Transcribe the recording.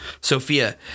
Sophia